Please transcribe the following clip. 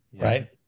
right